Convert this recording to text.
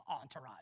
entourage